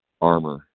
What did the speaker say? armor